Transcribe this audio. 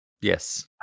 yes